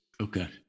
Okay